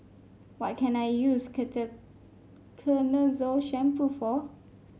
what can I use Ketoconazole Shampoo for